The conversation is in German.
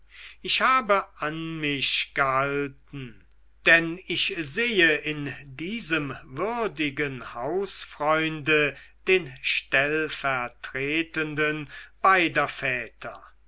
ich habe an mich gehalten denn ich sehe in diesem würdigen hausfreunde den stellvertretenden beider